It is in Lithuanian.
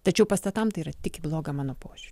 tačiau pastatams tai yra tik į bloga mano požiūriu